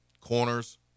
Corners